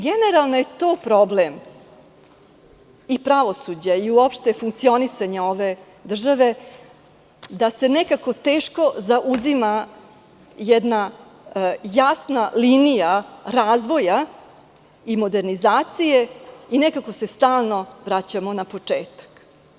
Generalno je to problem, i pravosuđa i uopšte funkcionisanja ove države, da se nekako teško zauzima jedna jasna linija razvoja i modernizacije i nekako se stalno vraćamo na početak.